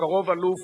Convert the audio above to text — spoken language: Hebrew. ובקרוב אלוף